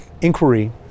inquiry